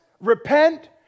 repent